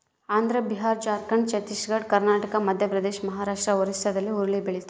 Andhra Bihar Jharkhand Chhattisgarh Karnataka Madhya Pradesh Maharashtra ಒರಿಸ್ಸಾಲ್ಲಿ ಹುರುಳಿ ಬೆಳಿತಾರ